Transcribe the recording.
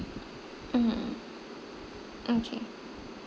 mm okay